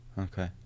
Okay